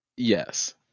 Yes